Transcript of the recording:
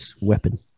weapon